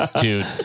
dude